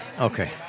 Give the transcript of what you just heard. Okay